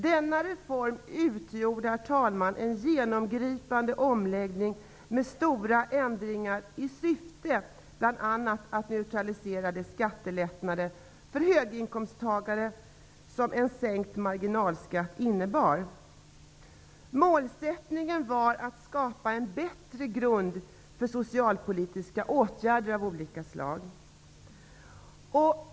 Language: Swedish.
Denna reform utgjorde en genomgripande omläggning med stora ändringar i syfte att bl.a. neutralisera de skattelättnader för höginkomsttagare som en sänkt marginalskatt innebar. Målsättningen var att skapa en bättre grund för socialpolitiska åtgärder av olika slag.